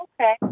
okay